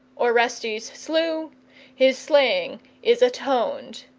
orestes slew his slaying is atoned.